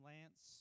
Lance